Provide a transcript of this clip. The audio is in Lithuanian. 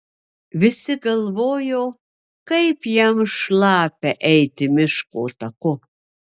visi galvojo kaip jam šlapia eiti miško taku